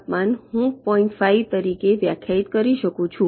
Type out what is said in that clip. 5 તરીકે વ્યાખ્યાયિત કરી શકું છું